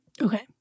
Okay